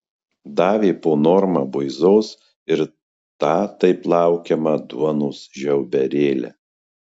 davė po normą buizos ir tą taip laukiamą duonos žiauberėlę